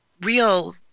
real